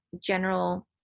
general